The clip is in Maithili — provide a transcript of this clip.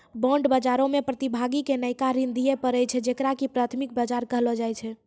बांड बजारो मे प्रतिभागी के नयका ऋण दिये पड़ै छै जेकरा की प्राथमिक बजार कहलो जाय छै